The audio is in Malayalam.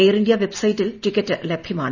എയർ ഇന്ത്യ വെബ്സൈറ്റിൽ ടിക്കറ്റ് ലഭൃമാണ്